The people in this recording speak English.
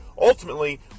ultimately